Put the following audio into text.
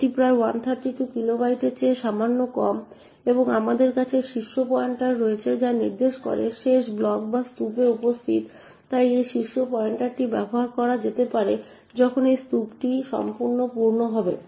এটি প্রায় 132 কিলোবাইটের চেয়ে সামান্য কম এবং আমাদের কাছে শীর্ষ পয়েন্টার রয়েছে যা নির্দেশ করে শেষ ব্লক যা স্তূপে উপস্থিত তাই এই শীর্ষ পয়েন্টারটি ব্যবহার করা যেতে পারে কখন এই স্তূপটি সম্পূর্ণ পূর্ণ হবে